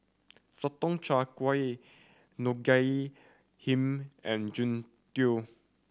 Sotong Char Kway Ngoh Hiang and Jian Dui